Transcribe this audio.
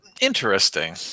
Interesting